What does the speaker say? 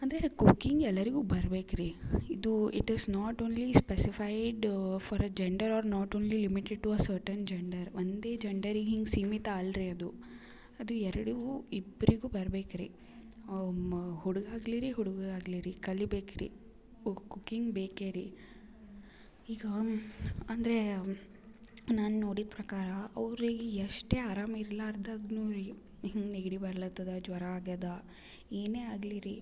ಅಂದರೆ ಅದು ಕುಕ್ಕಿಂಗ್ ಎಲ್ಲರಿಗು ಬರ್ಬೇಕು ರೀ ಇದು it is not only specified for a gender or not only limited to a certain gender ಒಂದೇ ಜೆಂಡರಿಗೆ ಹಿಂಗೆ ಸೀಮಿತ ಅಲ್ರಿ ಅದು ಅದು ಎರಡು ಇಬ್ಬರಿಗು ಬರ್ಬೇಕು ರೀ ಹುಡುಗ ಆಗಲಿ ರೀ ಹುಡುಗಿ ಆಗಲಿ ರೀ ಕಲಿಬೇಕು ರೀ ಕುಕ್ಕಿಂಗ್ ಬೇಕು ರೀ ಈಗ ಅಂದರೆ ನಾನು ನೋಡಿದ ಪ್ರಕಾರ ಅವರಿಗೆ ಎಷ್ಟೇ ಆರಾಮ ಇರ್ಲಾರ್ದಾಗು ರೀ ಹಿಂಗೆ ನೆಗಡಿ ಬರ್ಲತ್ತದೆ ಜ್ವರ ಆಗಿದೆ ಏನೇ ಆಗಲಿ ರೀ